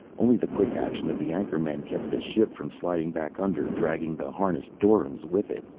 only the quick action of the anchor men kept the ship from sliding back under, dragging the harnessed doryms with it.